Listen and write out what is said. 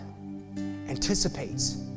anticipates